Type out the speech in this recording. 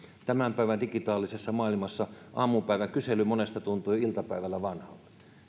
tämän päivän digitaalisessa maailmassa aamupäivän kysely monesta tuntuu jo iltapäivällä vanhalta